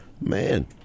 man